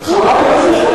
חברת הכנסת זוארץ.